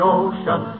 ocean